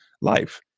life